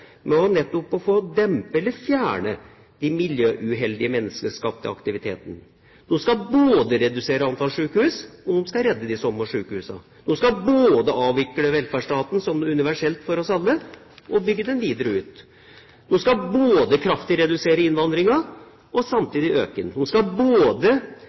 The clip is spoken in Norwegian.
med nettopp å dempe eller fjerne de miljøuheldige menneskeskapte aktivitetene både skal redusere antall sykehus og redde de samme sykehusene både skal avvikle velferdsstaten som universell for oss alle og bygge den videre ut både skal redusere kraftig innvandringen og samtidig øke den både skal